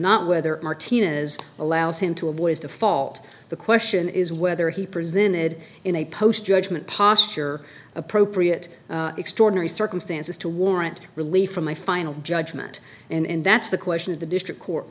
not whether martinez allows him to avoid default the question is whether he presented in a post judgment posture appropriate extraordinary circumstances to warrant relief from my final judgment and that's the question of the district court